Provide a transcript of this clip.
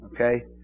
Okay